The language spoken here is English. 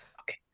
okay